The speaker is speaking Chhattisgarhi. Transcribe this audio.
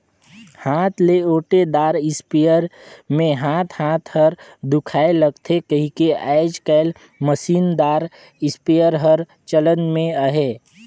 हाथ ले ओटे दार इस्पेयर मे हाथ हाथ हर दुखाए लगथे कहिके आएज काएल मसीन दार इस्पेयर हर चलन मे अहे